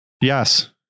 yes